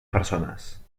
persones